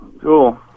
Cool